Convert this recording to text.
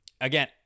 again